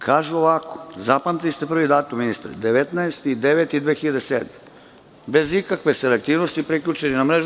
Kažu ovako - zapamtili ste prvi datum, ministre, 19.09.2007. godine, bez ikakve selektivnosti priključeni na mrežu.